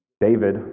David